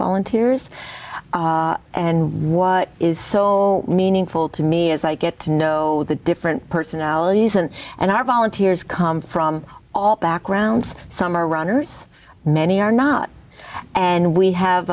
volunteers and what is so meaningful to me as i get to know the different personalities and and our volunteers come from all backgrounds some are runners many are not and we have